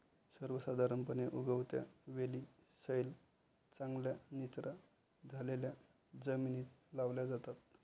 सर्वसाधारणपणे, उगवत्या वेली सैल, चांगल्या निचरा झालेल्या जमिनीत लावल्या जातात